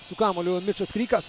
su kamuoliu mičas krykas